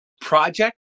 project